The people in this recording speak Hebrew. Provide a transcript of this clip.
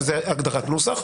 זאת הגדרת נוסח.